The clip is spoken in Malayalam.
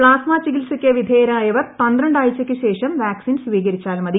പ്ലാസ്മ ചികിത്സയ്ക്ക് വിധേയരാവർ പന്ത്രണ്ട് ആഴ്ചയ്ക്ക് ശേഷം വാക്സിൻ സ്വീകരിച്ചാൽ മതി